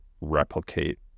replicate